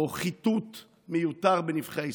או חיטוט מיותר בנבכי היסטוריה.